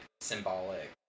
symbolic